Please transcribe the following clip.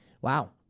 Wow